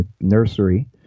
nursery